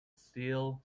steel